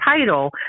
title